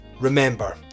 remember